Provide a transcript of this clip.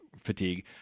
fatigue